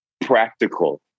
practical